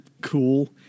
cool